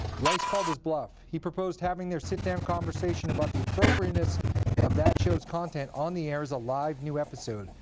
rice called his bluff. he proposed having their sit down conversation about the appropriateness of that show's content on the air as a live new episode,